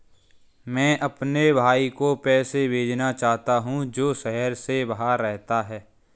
मैं अपने भाई को पैसे भेजना चाहता हूँ जो शहर से बाहर रहता है